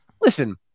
listen